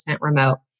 remote